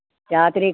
രാത്രിയിൽ കൊടുക്കും